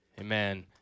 Amen